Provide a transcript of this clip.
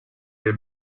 del